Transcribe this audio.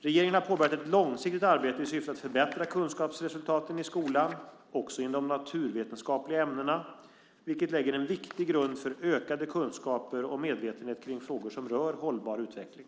Regeringen har påbörjat ett långsiktigt arbete i syfte att förbättra kunskapsresultaten i skolan, också inom de naturvetenskapliga ämnena, vilket lägger en viktig grund för ökade kunskaper och medvetenhet kring frågor som rör hållbar utveckling.